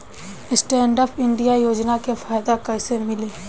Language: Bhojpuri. स्टैंडअप इंडिया योजना के फायदा कैसे मिली?